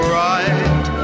right